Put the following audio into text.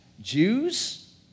Jews